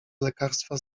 lekarstwa